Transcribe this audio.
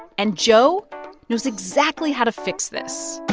and joe knows exactly how to fix this